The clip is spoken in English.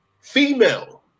female